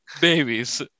Babies